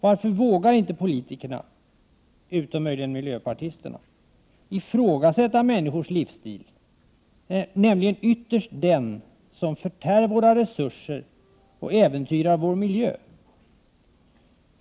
Varför vågar inte politikerna ifrågasätta människornas livsstil, nämligen ytterst den som förtär våra resurser och äventyrar vår miljö?